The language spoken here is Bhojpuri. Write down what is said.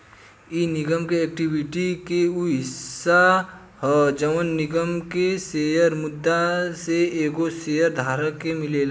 इ निगम के एक्विटी के उ हिस्सा ह जवन निगम में शेयर मुद्दा से एगो शेयर धारक के मिलेला